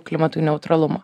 klimatui neutralumo